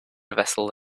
vessel